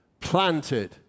Planted